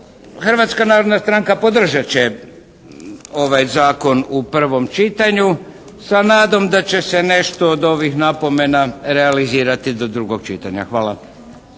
Hrvatska narodna stranka podržat će ovaj zakon u prvom čitanju sa nadom da će se nešto od ovih napomena realizirati do drugog čitanja. Hvala.